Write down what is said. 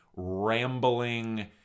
Rambling